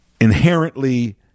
inherently